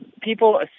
people